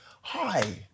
hi